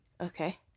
Okay